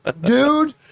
dude